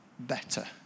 better